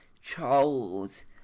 Charles